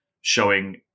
showing